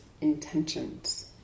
intentions